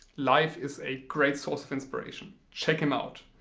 leif is a great source of inspiration check him out.